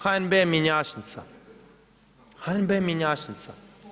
HNB mjenjačnica, HNB mjenjačnica.